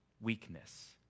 weakness